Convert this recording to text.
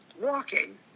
walking